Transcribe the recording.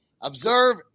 Observe